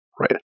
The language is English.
Right